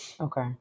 Okay